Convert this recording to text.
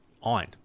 on